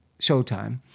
Showtime